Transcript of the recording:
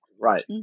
Right